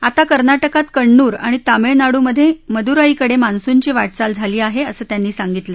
आता कर्नाटकात कण्णूर आणि तामिळनाडूत मदुराईकडे मान्सूनची वाटचाल झाली आहे असं त्यांनी सांगितलं